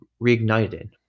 reignited